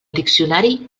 diccionari